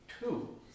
Two